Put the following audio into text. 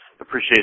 appreciate